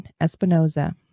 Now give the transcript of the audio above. Espinoza